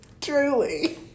truly